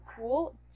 cool